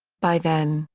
by then,